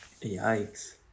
Yikes